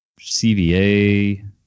CVA